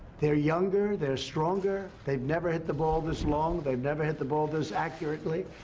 they're younger, they're stronger, they have never hit the ball this long. they have never hit the ball this accurately.